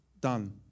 done